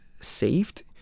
saved